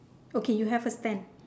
okay you have a stand